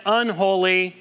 unholy